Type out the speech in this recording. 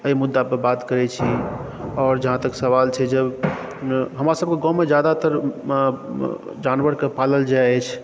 एहि मुद्दापर बात करै छी आओर जहाँ तक सवाल छै जब हमरा सबके गाममे ज्यादातर जानवरके पालल जाइ अछि